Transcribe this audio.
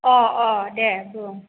अह अह दे बुं